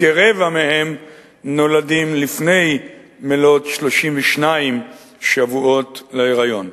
וכרבע מהם נולדים לפני מלאות 32 שבועות להיריון.